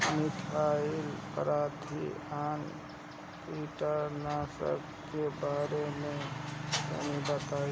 Methyl parathion कीटनाशक के बारे में तनि बताई?